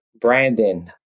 Brandon